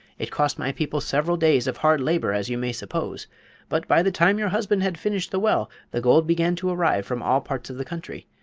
it cost my people several days of hard labor, as you may suppose but by the time your husband had finished the well the gold began to arrive from all parts of the country,